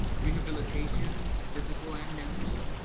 rehabilitation, physical and mental.